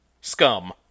Scum